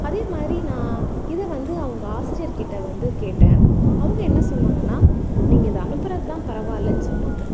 அதே மாதிரி நான் இதை வந்து அவங்க ஆசிரியர்கிட்ட வந்து கேட்டேன் அவங்க என்ன சொன்னாங்கன்னால் நீங்கள் இதை அனுப்புவது தான் பரவாயில்லைன்னு சொன்னாங்க